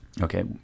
Okay